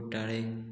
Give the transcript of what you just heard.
कुट्टाळें